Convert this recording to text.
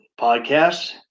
podcasts